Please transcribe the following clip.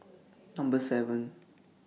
Number seven